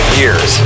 years